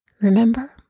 Remember